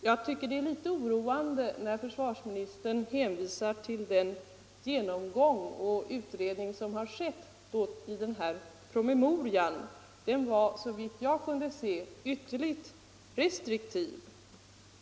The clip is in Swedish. Jag tycker det är litet oroande när försvarsministern hänvisar till den genomgång och utredning som skett och som redovisas i den nämnda promemorian. Den var, såvitt jag kunde se, ytterligt restriktiv.